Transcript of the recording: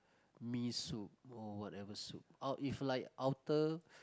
miso soup or whatever soup